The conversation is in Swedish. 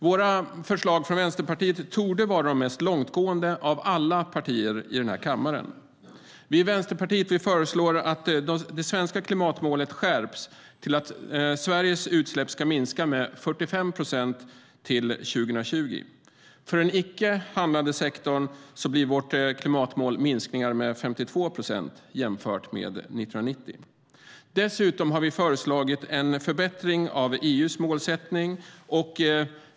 Våra förslag från Vänsterpartiet torde vara de mest långtgående av alla partiers i denna kammare. Vi i Vänsterpartiet föreslår att det svenska klimatmålet skärps till att Sveriges utsläpp ska minska med 45 procent till 2020. För den icke handlande sektorn blir vårt klimatmål minskningar med 52 procent jämfört med 1990. Dessutom har vi föreslagit en förbättring av EU:s målsättning.